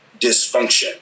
dysfunction